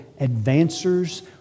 advancers